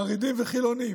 חרדים וחילונים,